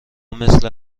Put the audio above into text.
مثل